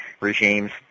regimes